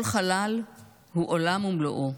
כל חלל הוא עולם ומלואו,